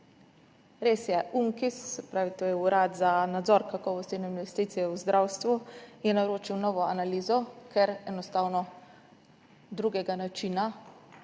Res je, UNKIZ, to je Urad za nadzor, kakovost in investicije v zdravstvu, je naročil novo analizo, ker enostavno drugega načina